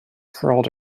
curled